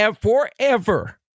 forever